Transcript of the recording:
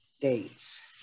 dates